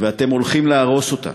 ואתם הולכים להרוס אותה,